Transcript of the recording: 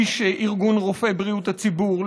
איש איגוד רופאי בריאות הציבור,